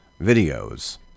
videos